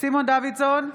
סימון דוידסון,